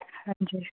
ਹਾਂਜੀ